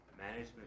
management